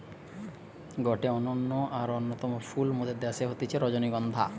গটে অনন্য আর অন্যতম ফুল মোদের দ্যাশে হতিছে রজনীগন্ধা